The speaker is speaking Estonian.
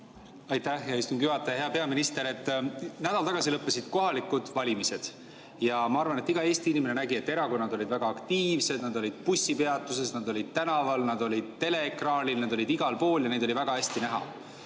Aitäh, hea istungi juhataja! Hea peaminister! Nädal tagasi lõppesid kohalikud valimised. Ja ma arvan, et iga Eesti inimene nägi, et erakonnad olid väga aktiivsed, nad olid bussipeatustes, nad olid tänaval, nad olid teleekraanil – nad olid igal pool ja neid oli väga hästi näha.